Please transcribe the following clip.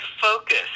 focus